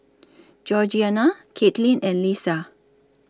Georgeanna Katelyn and Lissa